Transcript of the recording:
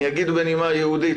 אני אגיד בנימה יהודית,